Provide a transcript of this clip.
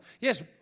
Yes